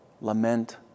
Lament